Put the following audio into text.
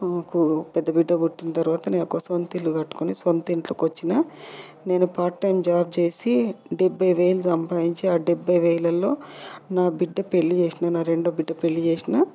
నాకు పెద్ద బిడ్డ పుట్టిన తర్వాత నేను ఒక సొంత ఇల్లు కట్టుకొని సొంత ఇంట్లోకి వచ్చిన నేను పార్ట్ టైం జాబ్ చేసి డెబ్బై వేలు సంపాదించి ఆ డెబ్బై వేలలో నా బిడ్డ పెళ్ళి చేసిన నా రెండో బిడ్డ పెళ్ళి చేసిన